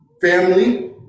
family